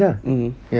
mmhmm